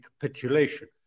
capitulation